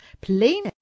plain